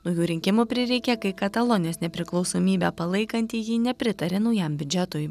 naujų rinkimų prireikė kai katalonijos nepriklausomybę palaikantieji nepritarė naujam biudžetui